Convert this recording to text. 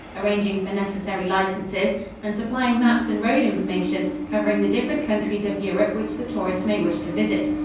arranging for necessary licenses and supplying maps and road information covering the different countries of europe which the tourist may wish to visit.